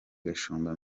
gashumba